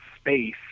space